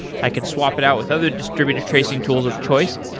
i could swap it out with other distributed tracing tools of choice.